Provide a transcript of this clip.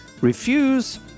refuse